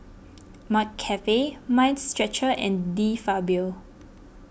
McCafe Mind Stretcher and De Fabio